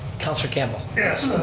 councilor campbell. yes,